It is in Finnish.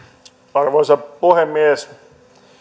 arvoisa puhemies